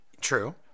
True